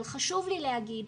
אבל חשוב לי להגיד,